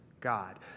God